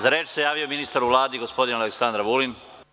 Za reč se javio ministar u Vladi, gospodin Aleksandar Vulin.